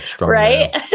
right